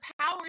Power